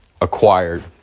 acquired